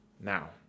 now